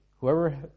Whoever